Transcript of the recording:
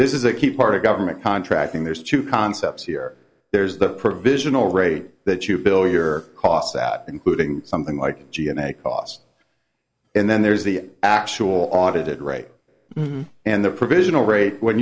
this is a key part of government contracting there's two concepts here there's the provisional rate that you bill your costs out including something like g and a cost and then there's the actual audited rate and the provisional rate when